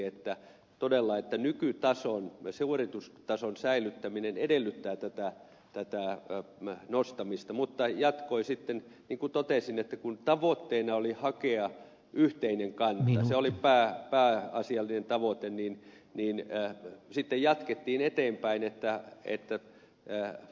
seurantaryhmäkin todella totesi että nykytason suoritustason säilyttäminen edellyttää tätä nostamista mutta jatkoi sitten niin kuin totesin että kun tavoitteena oli hakea yhteinen kanta se oli pääasiallinen tavoite niin sitten jatkettiin eteenpäin